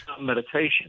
meditation